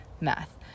math